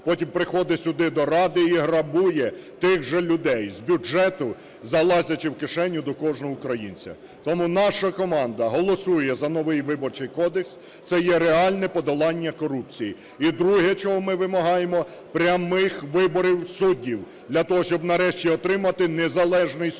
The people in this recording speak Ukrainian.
потім приходить сюди, до Ради, і грабує тих же людей з бюджету, залазячи в кишеню до кожного українця. Тому наша команда голосує за новий Виборчий кодекс. Це є реальне подолання корупції. І друге, чого ми вимагаємо – прямих виборів суддів, для того, щоб нарешті отримати незалежний суд.